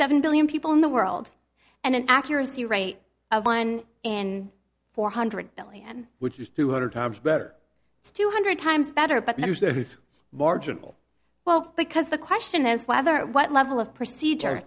seven billion people in the world and an accuracy rate of one in four hundred million which is two hundred times better it's two hundred times better but it's marginal well because the question is whether what level of procedure